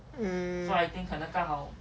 um